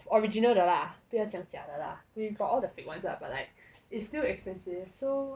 the original 的啦不要讲假的 lah we got all the fake ones lah but like it's still expensive so